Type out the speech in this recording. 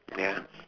ya